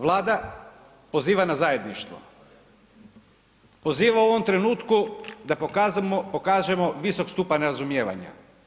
Vlada poziva na zajedništvo, poziva u ovom trenutku da pokažemo visok stupanj razumijevanja.